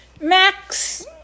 Max